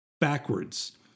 backwards